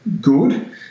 good